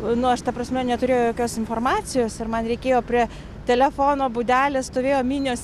nu aš ta prasme neturėjau jokios informacijos ir man reikėjo prie telefono būdelės stovėjo minios